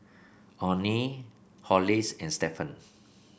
Onnie Hollis and Stephan